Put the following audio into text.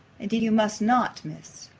indeed you must not, miss.